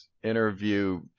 interview